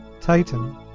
Titan